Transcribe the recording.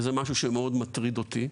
וזה משהו שמאוד מטריד אותי.